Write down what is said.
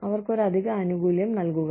അവർക്ക് ഒരു അധിക ആനുകൂല്യം നൽകുക